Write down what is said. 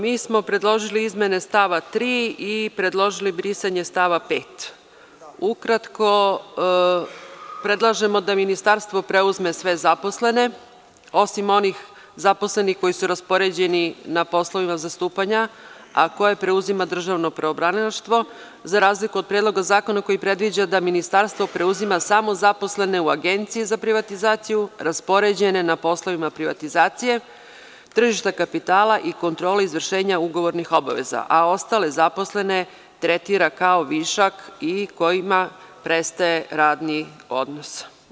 Mi smo predložili izmene stava 3. i predložili brisanje stava 5. Ukratko, predlažemo da ministarstvo preuzme sve zaposlene osim onih zaposlenih koji su raspoređeni na poslovima zastupanja, a koje preuzima Državno provbranilaštvo za razliku od Predloga zakona koji predviđa da ministarstvo preuzima samo zaposlene u Agenciji za privatizaciju raspoređene na poslovima privatizacije, tržište kapitala i kontrole izvršenja ugovornih obaveza, a ostale zaposlene tretira kao višak i kojima prestaje radni odnos.